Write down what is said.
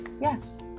Yes